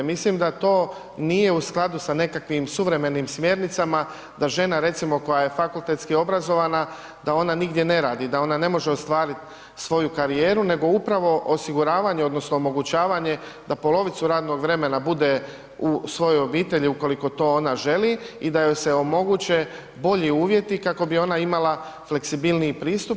Mislim da to nije u skladu sa nekakvim suvremenim smjernicama, da žena recimo koja je fakultetski obrazovana, da ona nigdje ne radi, da ona ne može ostvarit svoju karijeru, nego upravo osiguravanje odnosno omogućavanje da polovicu radnog vremena bude u svojoj obitelji ukoliko to ona želi, i da joj se omoguće bolji uvjeti kako bi ona imala fleksibilniji pristup.